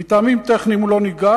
מטעמים טכניים הוא לא ניגש.